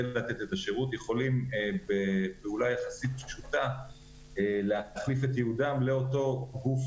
לתת את השירות יכולים בפעולה יחסית פשוטה להחליף את ייעודם לאותו גוף